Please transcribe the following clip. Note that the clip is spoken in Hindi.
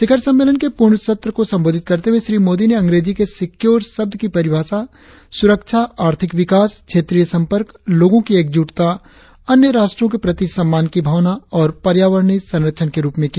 शिखर सम्मेलन के पूर्ण सत्र को संबोधित करते हुए श्री मोदी ने अंग्रेजी के सिक्योर शब्द की परिभाषा सुरक्षा आर्थिक विकास क्षेत्रीय संपर्क लोगों की एकजूटता अन्य राष्ट्रों के प्रति सम्मान की भावना और पर्यावरणीय संरक्षण के रुप में की